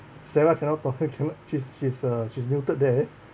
sarah cannot perfect she's she's uh she's muted there